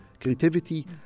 creativity